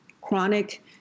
chronic